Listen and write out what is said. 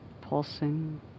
pulsing